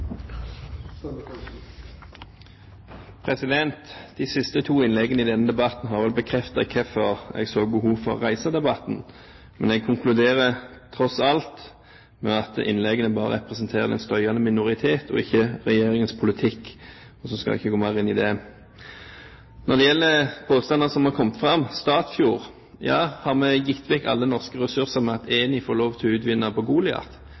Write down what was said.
De siste to innleggene i denne debatten har vel bekreftet hvorfor jeg så behov for å reise debatten. Men jeg konkluderer tross alt med at innleggene bare representerer en støyende minoritet og er ikke regjeringens politikk. Så skal jeg ikke gå mer inn i det. Så til påstander som har kommet fram, om Statfjord. Har vi gitt bort alle norske ressurser ved at Eni får lov til å utvinne på Goliat?